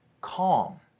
calm